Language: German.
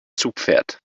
zugpferd